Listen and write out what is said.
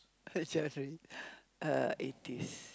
uh eighties